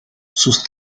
sus